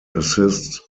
assist